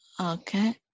okay